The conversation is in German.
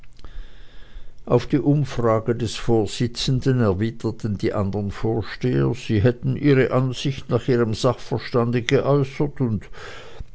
auf die umfrage des vorsitzenden erwiderten die andern vorsteher sie hätten ihre ansicht nach ihrem sachverstande geäußert und